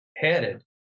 headed